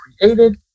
created